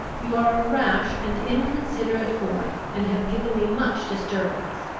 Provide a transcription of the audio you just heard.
you are a rash and inconsiderate boy, and have given me much disturbance.